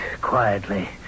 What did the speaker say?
quietly